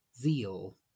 zeal